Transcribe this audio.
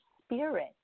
spirit